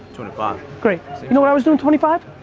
twenty five. great. you know what i was doing twenty five?